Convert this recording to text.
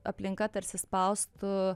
aplinka tarsi spaustų